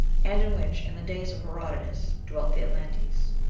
and in which, in the days of herodotus, dwelt the atlantes.